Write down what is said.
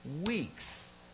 weeks